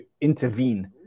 intervene